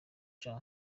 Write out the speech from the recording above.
nca